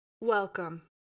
Welcome